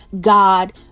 God